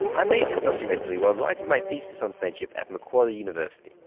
i made this documentary while writing my thesis on friendship at macquarie university.